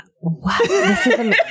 Wow